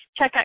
checkout